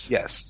Yes